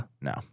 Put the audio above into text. No